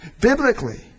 biblically